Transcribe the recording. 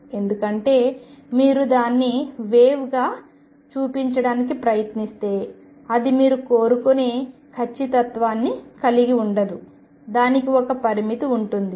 ఎందుకంటే మీరు దానిని వేవ్ గా చూపించడానికి ప్రయత్నిస్తే అది మీరు కోరుకునే ఖచ్చితత్వాన్ని కలిగి ఉండదు దానికి ఒక పరిమితి ఉంటుంది